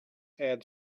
add